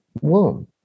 womb